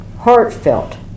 heartfelt